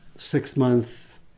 six-month